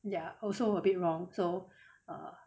there are also a bit wrong so err